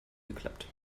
geklappt